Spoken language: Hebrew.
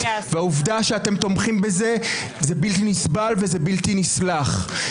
והעובדה שאתם תומכים בזה זה בלתי נסבל וזה בלתי נסלח.